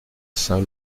saint